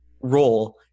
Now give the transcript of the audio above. role